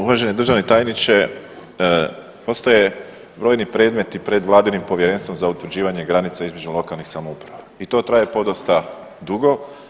Uvaženi državni tajniče postoje brojni predmeti pred vladinim Povjerenstvom za utvrđivanje granica između lokalnih samouprava i to traje podosta dugo.